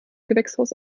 gewächshaus